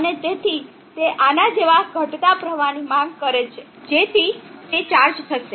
અને તેથી તે આના જેવા ઘટતા પ્રવાહની માંગ કરે છે જેથી તે ચાર્જ થશે